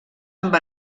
amb